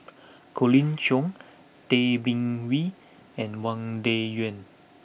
Colin Cheong Tay Bin Wee and Wang Dayuan